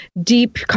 deep